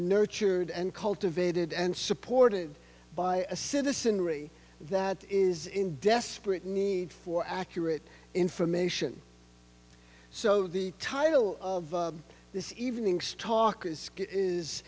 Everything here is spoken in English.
nurtured and cultivated and supported by a citizen really that is in desperate need for accurate information so the title of this evening's talk